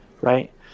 right